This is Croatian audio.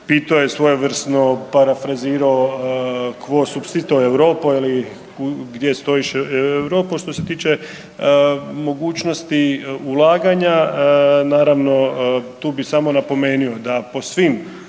Pito je svojevrsno, parafrazirao …/Govornik se ne razumije/…ili gdje stoji Europa. Što se tiče mogućnosti ulaganja naravno tu bi samo napomenuo da po svim